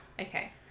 okay